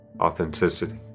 authenticity